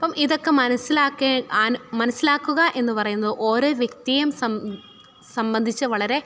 അപ്പം ഇതൊക്കെ മനസ്സിലാക്കെ ആൻ മനസ്സിലാക്കുക എന്നു പറയുന്നത് ഓരോ വ്യക്തിയും സംബന്ധിച്ച് വളരെ